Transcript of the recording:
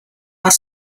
are